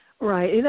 Right